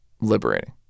liberating